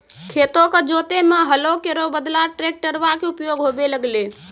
खेतो क जोतै म हलो केरो बदला ट्रेक्टरवा कॅ उपयोग होबे लगलै